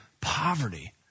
poverty